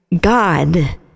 God